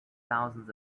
thousands